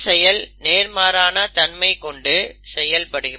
இந்த செயல் நேர்மாறான தன்மை கொண்டு செயல்படும்